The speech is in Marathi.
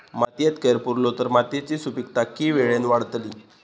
मातयेत कैर पुरलो तर मातयेची सुपीकता की वेळेन वाडतली?